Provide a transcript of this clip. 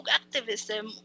activism